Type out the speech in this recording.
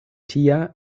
tia